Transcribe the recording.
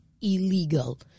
illegal